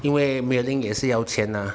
因为 mailing 也是要钱阿